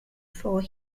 for